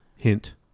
Hint